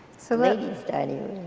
so lady's dining room.